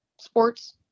sports